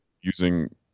using